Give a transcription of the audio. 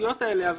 בסוגיות האלה.